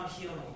healing